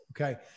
Okay